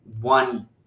one